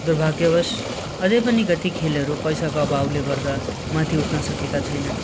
दुर्भाग्यवश अझ पनि कति खेलहरू पैसाको अभावले गर्दा माथि उठ्न सकेका छैनन्